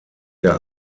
der